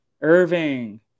Irving